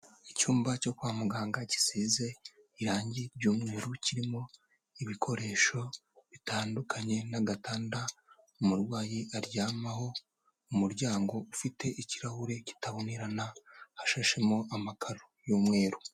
Icyumba cyo kwa muganga gisize irangi ry'umweru kirimo ibikoresho bitandukanye n'agatanda umurwayi aryamaho umuryango ufite ikirahure kitabonerana hashashemo amakaro y'umweru.